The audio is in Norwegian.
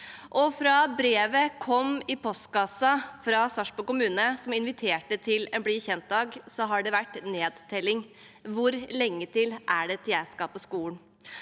Fra brevet kom i postkassa fra Sarpsborg kommune, som inviterte til en bli kjent-dag, har det vært nedtelling: Hvor lenge er det til jeg skal på skolen?